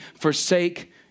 forsake